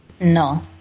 No